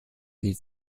lied